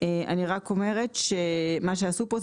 אני רק אומרת שמה שעשו פה,